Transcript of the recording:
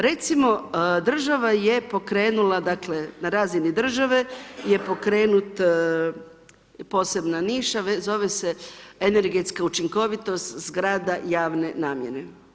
Recimo, država je pokrenula, dakle na razini države, je pokrenut posebna niša zove se energetska učinkovitost zgrada javne namjene.